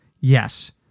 Yes